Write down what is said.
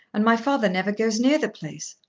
and my father never goes near the place.